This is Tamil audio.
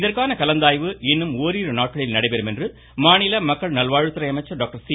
இதற்கான கலந்தாய்வு இன்னும் ஓரிரு நாட்களில் நடைபெறும் என மாநில மக்கள் நல்வாழ்வுத்துறை அமைச்சர் டாக்டர் சி